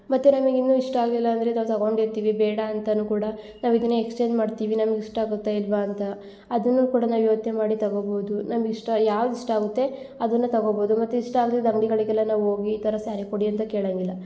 ಮತ್ತು ನಮ್ಗೆ ಇನ್ನು ಇಷ್ಟ ಆಗಲಿಲ್ಲ ಅಂದರೆ ನಾವು ತಕೊಂಡಿರ್ತೀವಿ ಬೇಡ ಅಂತನು ಕೂಡ ನಾವು ಇದನ್ನ ಎಕ್ಸ್ಚೇಂಜ್ ಮಾಡ್ತೀವಿ ನಮ್ಗೆ ಇಷ್ಟ ಆಗುತ್ತಾ ಇಲ್ಲವಾ ಅಂತ ಅದೂನು ಕೂಡ ನಾವು ಯೋಚನೆ ಮಾಡಿ ತಗೊಬೋದು ನಮ್ಗೆ ಇಷ್ಟ ಯಾವ್ದು ಇಷ್ಟ ಆಗುತ್ತೆ ಅದನ್ನ ತಗೊಬೋದು ಮತ್ತು ಇಷ್ಟ ಆಗ್ದಿದ್ದ ಅಂಗ್ಡಿಗಳಿಗೆಲ್ಲ ನಾವು ಹೋಗಿ ಈ ಥರ ಸ್ಯಾರಿ ಕೊಡಿ ಅಂತ ಕೇಳಂಗಿಲ್ಲ